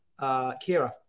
Kira